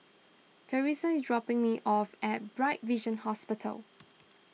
therese is dropping me off at Bright Vision Hospital